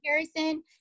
comparison